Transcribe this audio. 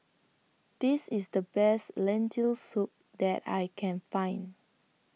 This IS The Best Lentil Soup that I Can Find